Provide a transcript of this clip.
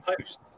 post